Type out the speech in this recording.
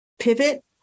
pivot